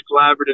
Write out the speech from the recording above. collaborative